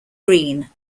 green